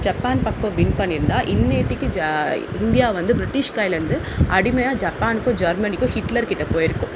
Japan பக்கம் win பண்ணிருந்தால் இந்நேற்றுக்கி ஜா இந்தியா வந்து பிரிட்டிஷ் கையிலேருந்து அடிமையாக ஜப்பானுக்கும் ஜெர்மெனிக்கும் ஹிட்லர் கிட்டே போயிருக்கும்